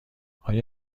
آیا